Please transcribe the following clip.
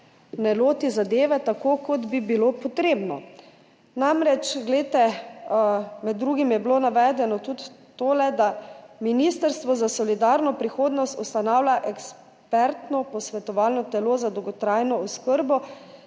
ne loti zadeve tako, kot bi bilo potrebno. Med drugim je bilo navedeno tudi to, da Ministrstvo za solidarno prihodnost ustanavlja ekspertno posvetovalno telo za dolgotrajno oskrbo,